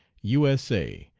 u s a,